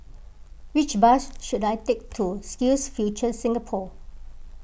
which bus should I take to SkillsFuture Singapore